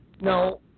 No